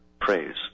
praise